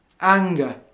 anger